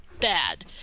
bad